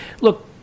look